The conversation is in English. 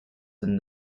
than